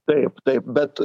taip taip bet